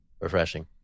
refreshing